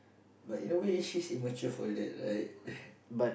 but in a way she's immature for that right